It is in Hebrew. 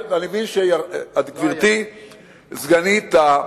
גברתי סגנית המזכיר,